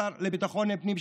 השר לביטחון הפנים,